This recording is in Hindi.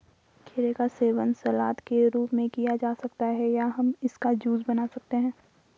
खीरे का सेवन सलाद के रूप में किया जा सकता है या हम इसका जूस बना सकते हैं